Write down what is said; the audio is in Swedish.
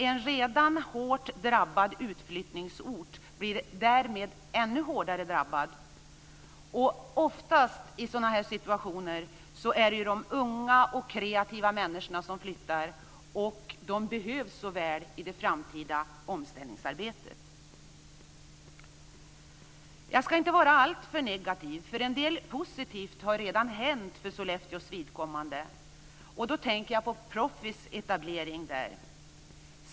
En redan hårt drabbad utflyttningsort skulle därmed bli ännu hårdare drabbad. Oftast är det då de unga och kreativa människorna som flyttar, och de behövs så väl i det framtida omställningsarbetet. Jag ska inte vara alltför negativ. En del positivt har redan hänt för Sollefteås vidkommande. Då tänker jag på Proffice etablering där.